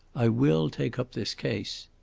i will take up this case.